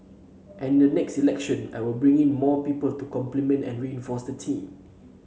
and in the next election I will be bringing in more people to complement and reinforce that team